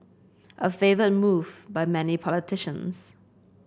a favoured move by many politicians